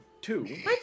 Two